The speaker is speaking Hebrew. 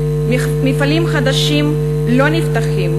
מפעלים חדשים לא נפתחים,